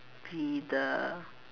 be the